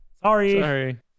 sorry